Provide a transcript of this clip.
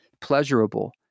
pleasurable